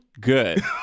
good